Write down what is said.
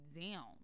down